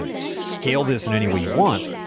ah scale this in any way you want.